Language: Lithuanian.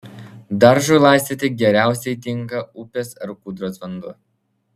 daržui laistyti geriausiai tinka upės ar kūdros vanduo